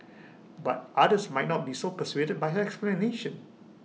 but others might not be so persuaded by her explanation